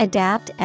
Adapt